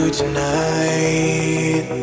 tonight